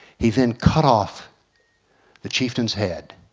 he then cut off the chieftain's head,